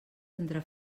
entre